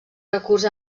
recurs